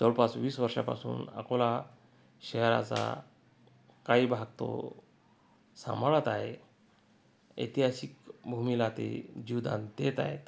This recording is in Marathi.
जवळपास वीस वर्षापासून अकोला शहराचा काही भाग तो सांभाळत आहे ऐतिहासिक भूमीला ते जीवदान देत आहेत